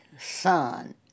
son